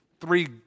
three